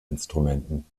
instrumenten